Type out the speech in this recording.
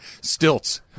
Stilts